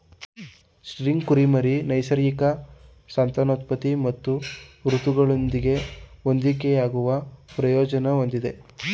spring ಕುರಿಮರಿ ನೈಸರ್ಗಿಕ ಸಂತಾನೋತ್ಪತ್ತಿ ಮತ್ತು ಋತುಗಳೊಂದಿಗೆ ಹೊಂದಿಕೆಯಾಗುವ ಪ್ರಯೋಜನ ಹೊಂದಿದೆ